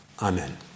Amen